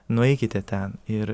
nueikite ten ir